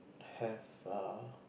have err